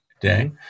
day